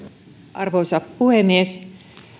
arvoisa puhemies